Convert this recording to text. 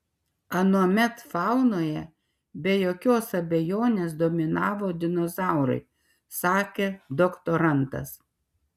anuomet faunoje be jokios abejonės dominavo dinozaurai sakė doktorantas